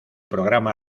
programa